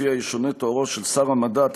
ולפיה ישונה תוארו של שר המדע,